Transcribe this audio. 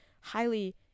highly